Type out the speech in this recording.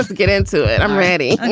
get into it. i'm ready